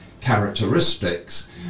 characteristics